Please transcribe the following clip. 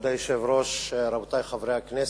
כבוד היושב-ראש, רבותי חברי הכנסת,